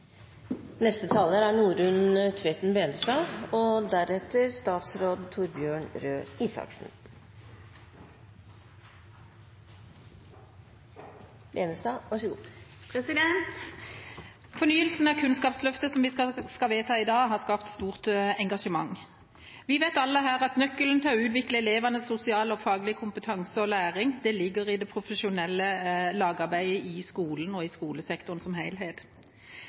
Fornyelsen av Kunnskapsløftet, som vi skal vedta i dag, har skapt stort engasjement. Vi vet alle her at nøkkelen til å utvikle elevenes sosiale og faglige kompetanse og læring ligger i det profesjonelle lagarbeidet i skolen og i skolesektoren som